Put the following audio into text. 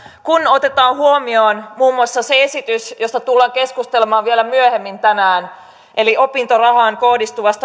kun otetaan huomioon muun muassa se esitys josta tullaan keskustelemaan vielä myöhemmin tänään eli opintorahaan kohdistuva